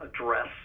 address